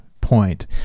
point